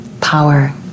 power